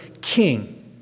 king